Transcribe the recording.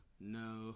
no